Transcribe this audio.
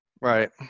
Right